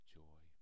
joy